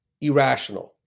irrational